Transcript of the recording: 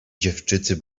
dziewczycy